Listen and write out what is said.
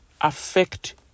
affect